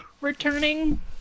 returning